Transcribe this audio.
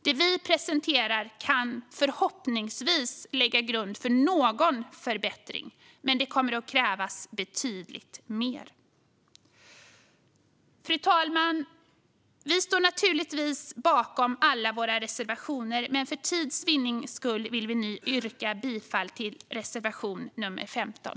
Det vi presenterar kan förhoppningsvis lägga grund för någon förbättring, men det kommer att krävas betydligt mer. Fru talman! Vi står naturligtvis bakom alla våra reservationer, men för tids vinnande vill jag nu yrka bifall endast till reservation nr 15.